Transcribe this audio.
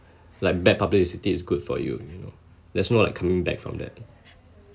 like bad publicity is good for you you know there's no like coming back from that